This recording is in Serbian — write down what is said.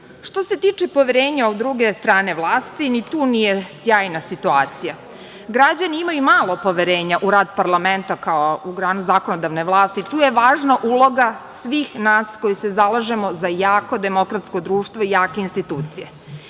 se tiče poverenja druge strane vlasti, ni tu nije sjajna situacija. Građani imaju malo poverenja u rad parlamenta kao organa zakonodavne vlasti. Tu je važna uloga svih nas koji se zalažemo za jako demokratsko društvo i jake institucije. Institucije